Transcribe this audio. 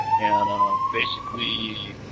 and basically